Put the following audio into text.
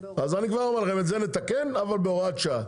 אז אני כבר אומר לכם את זה, נתקן, אבל בהוראת שעה.